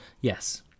yes